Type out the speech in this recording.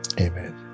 Amen